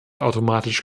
automatisch